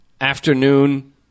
afternoon